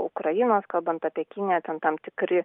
ukrainos kalbant apie kiniją ten tam tikri